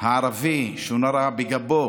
הערבי שנורה בגבו